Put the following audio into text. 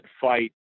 fight